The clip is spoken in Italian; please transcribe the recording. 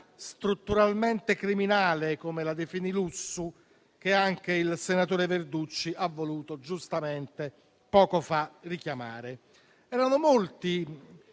strutturalmente criminale, come la definì Lussu, che anche il senatore Verducci ha voluto giustamente, poco fa, richiamare.